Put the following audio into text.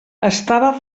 estava